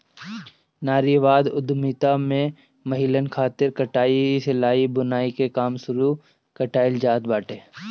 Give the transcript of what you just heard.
नारीवादी उद्यमिता में महिलन खातिर कटाई, सिलाई, बुनाई के काम शुरू कईल जात बाटे